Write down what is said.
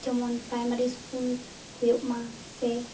ᱡᱮᱢᱚᱱ primary school ᱦᱳᱭᱳᱜ ᱢᱟ ᱥᱮ